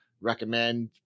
recommend